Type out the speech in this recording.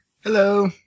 Hello